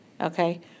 Okay